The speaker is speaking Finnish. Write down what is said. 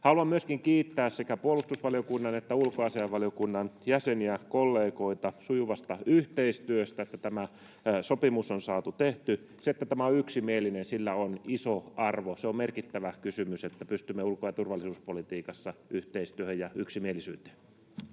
Haluan myöskin kiittää sekä puolustusvaliokunnan että ulkoasiainvaliokunnan jäseniä, kollegoita sujuvasta yhteistyöstä, että tämä sopimus on saatu tehtyä. Sillä, että tämä on yksimielinen, on iso arvo. On merkittävä kysymys, että pystymme ulko‑ ja turvallisuuspolitiikassa yhteistyöhön ja yksimielisyyteen.